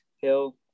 Hill